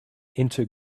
into